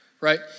right